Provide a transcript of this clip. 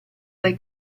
dai